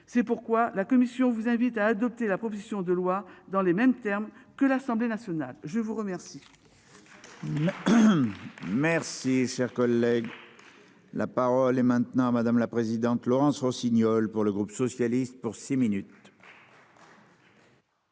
C'est pourquoi la commission vous invite à adopter la proposition de loi dans les mêmes termes que l'Assemblée nationale. Je vous remercie. Merci cher collègue. La parole est maintenant à madame la présidente Laurence Rossignol. Pour le groupe socialiste pour six minutes.